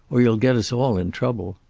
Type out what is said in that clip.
or you'll get us all in trouble.